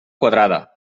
quadrada